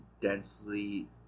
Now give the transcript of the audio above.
densely